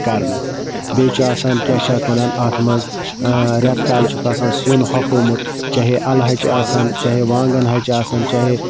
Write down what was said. کَرنہٕ بیٚیہِ چھُ آسان کیاہ چھِ اتھ وَنان اتھ مَنٛز ریٚتہٕ کالہِ چھُکھ آسان سِیُن ہۄکھومُت چاہے اَلہٕ ہَچہِ آسَن چاہے وانٛگَن ہَچہِ آسَن چاہے